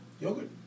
Yogurt